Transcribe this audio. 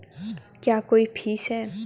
क्या कोई फीस है?